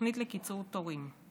לתוכנית לקיצור תורים.